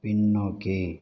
பின்னோக்கி